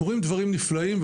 קורים דברים נפלאים,